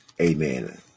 Amen